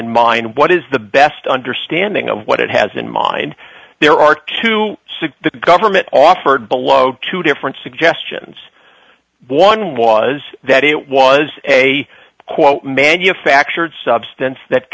in mind what is the best understanding of what it has in mind there are twenty six dollars the government offered below two different suggestions one was that it was a quote manufactured substance that